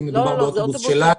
האם מדובר באוטובוס שלנו.